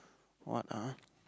what ah